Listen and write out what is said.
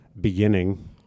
beginning